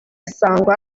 sangwa